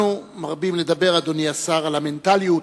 אנחנו מרבים לדבר, אדוני השר, על המנטליות